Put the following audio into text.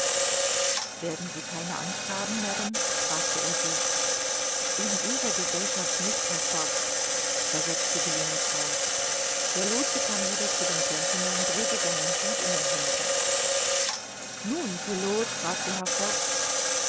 werden sie keine angst haben madame fragte er sie in ihrer gesellschaft nicht herr fogg versetzte die junge frau der lootse kam wieder zu dem gentleman drehte seinen hut in den händen nun pilot fragte